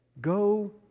go